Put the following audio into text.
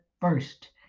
first